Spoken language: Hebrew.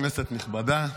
כנסת נכבדה,